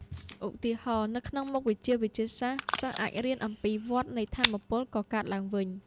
ឧទាហរណ៍ នៅក្នុងមុខវិជ្ជាវិទ្យាសាស្ត្រ សិស្សអាចរៀនអំពីវដ្តនៃថាមពលកកើតឡើងវិញ។